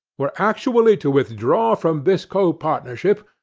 were actually to withdraw from this co-partnership,